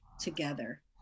together